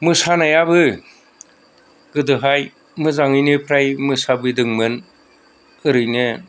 मोसानायाबो गोदोहाय मोजाङैनो फ्राय मोसाबोदोंमोन ओरैनो